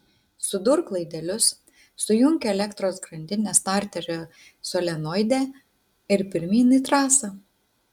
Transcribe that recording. sudurk laidelius sujunk elektros grandinę starterio solenoide ir pirmyn į trasą